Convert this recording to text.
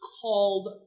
called